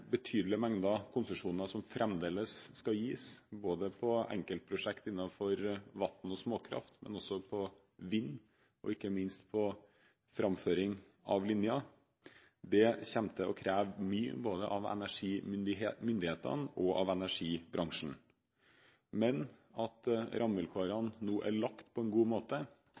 betydelige mengder konsesjoner som fremdeles skal gis, både til enkeltprosjekt innenfor vann og småkraft, til vind, og ikke minst til framføring av linjer. Det kommer til å kreve mye både av energimyndighetene og av energibransjen. Men at rammevilkårene nå er lagt på en god måte,